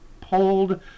pulled